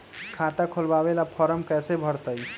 खाता खोलबाबे ला फरम कैसे भरतई?